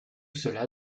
cela